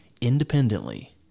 independently